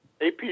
AP